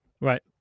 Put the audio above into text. Right